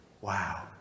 Wow